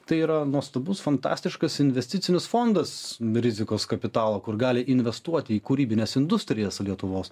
tai yra nuostabus fantastiškas investicinis fondas rizikos kapitalo kur gali investuoti į kūrybines industrijas lietuvos